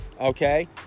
okay